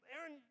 Aaron